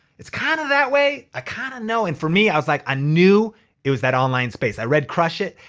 it's kinda kind of that way. i kinda know. and for me, i was like, i knew it was that online space. i read crush it!